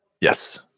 Yes